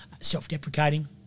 self-deprecating